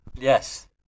Yes